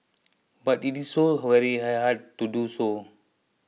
but it is so very hard hard to do so